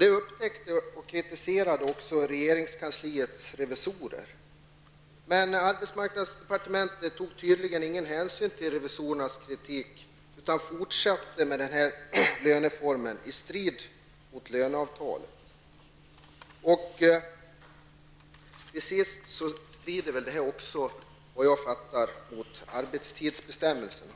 Det upptäckte och kritiserade regeringskansliets revisorer. Men arbetsmarknadsdepartementet tog tydligen ingen hänsyn till revisorernas kritik utan fortsatte med den löneformen i strid mot löneavtalet. Dessutom strider detta, vad jag förstår, mot arbetstidsbestämmelserna.